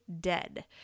dead